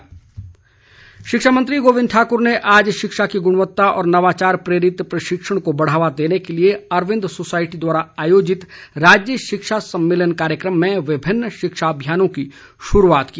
रितेश गोविंद ठाक्र शिक्षा मंत्री गोविंद ठाक्र ने आज शिक्षा की गुणत्ता और नवाचार प्रेरित शिक्षण को बढ़ावा देने के लिए अरविंद सोसाईटी द्वारा आयोजित राज्य शिक्षा सम्मेलन कार्यकम में विभिन्न शिक्षा अभियानों की शुरूआत की